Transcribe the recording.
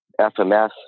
FMS